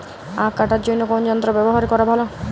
আঁখ কাটার জন্য কোন যন্ত্র ব্যাবহার করা ভালো?